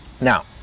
Now